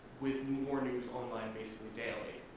with more news online basically daily,